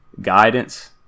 guidance